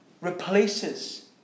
replaces